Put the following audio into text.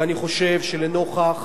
ואני חושב שלנוכח